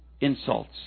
insults